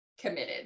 committed